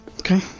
Okay